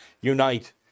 unite